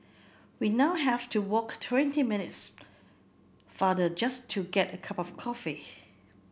we now have to walk twenty minutes farther just to get a cup of coffee